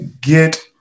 Get